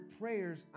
prayers